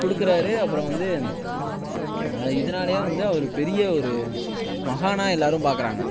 கொடுக்குறாரு அப்புறம் வந்து இதனாலேயே வந்து அவர் பெரிய ஒரு மகானாக எல்லோரும் பாக்கிறாங்க